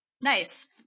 Nice